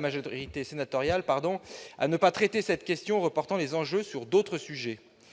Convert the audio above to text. majorité sénatoriale à refuser de traiter cette question, reportant les enjeux sur d'autres sujets.